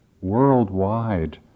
worldwide